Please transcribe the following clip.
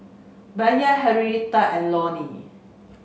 Bayard Henrietta and Lonny